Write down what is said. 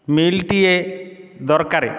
ମିଲ୍ଟିଏ ଦରକାର